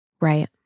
Right